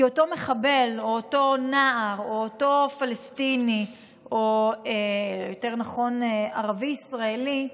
כי אותו מחבל או אותו נער או אותו פלסטיני או יותר נכון ערבי ישראלי,